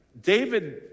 David